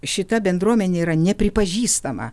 šita bendruomenė yra nepripažįstama